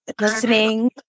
listening